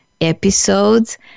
episodes